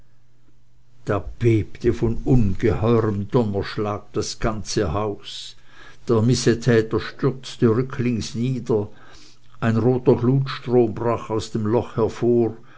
da bebte von ungeheurem donnerschlag das ganze haus der missetäter stürzte rücklings nieder ein roter glutstrom brach aus dem loche hervor